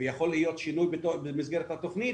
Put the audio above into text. ויכול להיות שינוי במסגרת התכנית,